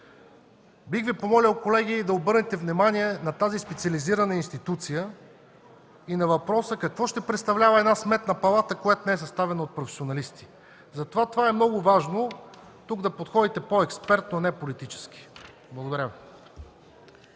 Бих Ви помолил, колеги, да обърнете внимание на тази специализирана институция и на въпроса какво ще представлява една Сметна палата, която не е съставена от професионалисти. Затова тук е важно да подходите повече експертно, а не политически. Благодаря.